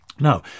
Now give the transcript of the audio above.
Now